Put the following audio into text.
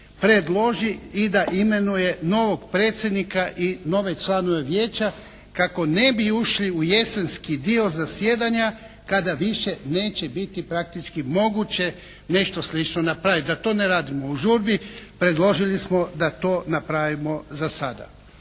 predloži i da imenuje novog predsjednika i nove članove Vijeća kako ne bi ušli u jesenski dio zasjedanja kada više neće biti praktički moguće nešto slično napraviti, da to ne radimo u žurbi predložili smo da to napravimo za sada.